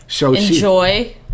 Enjoy